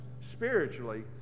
spiritually